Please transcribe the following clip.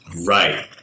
Right